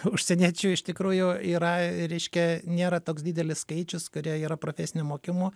užsieniečių iš tikrųjų yra reiškia nėra toks didelis skaičius kurie yra profesinio mokymo